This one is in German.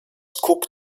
cook